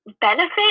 benefit